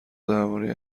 درباره